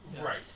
Right